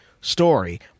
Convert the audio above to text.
story